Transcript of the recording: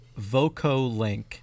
VocoLink